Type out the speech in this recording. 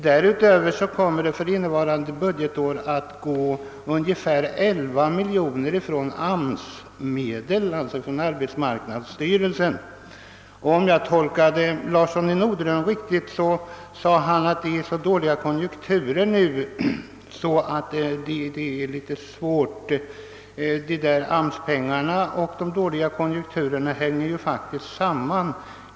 Därutöver kommer för innevarande budgetår att utgå ungefär 11 miljoner kronor från AMS-medel. Om jag tolkar herr Larsson i Norderön riktigt sade han att konjunkturerna nu är dåliga och att läget är skärpt. Men AMS pengarna och de dåliga konjunkturerna hänger faktiskt samman.